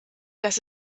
dass